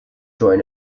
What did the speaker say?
join